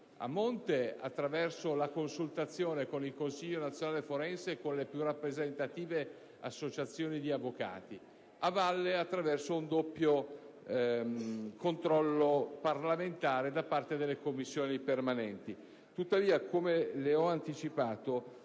a monte, attraverso la consultazione con il Consiglio nazionale forense e le più rappresentative associazioni di avvocati; a valle, attraverso un doppio controllo parlamentare da parte delle Commissioni permanenti. Tuttavia, come le ho anticipato,